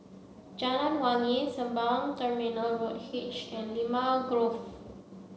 Jalan Wangi Sembawang Terminal Road H and Limau Grove